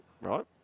right